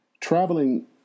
Traveling